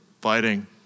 fighting